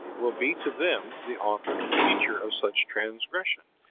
will be to them the author and teacher of such transgression,